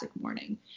morning